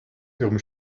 ihrem